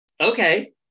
Okay